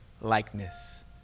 likeness